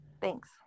Thanks